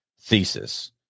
thesis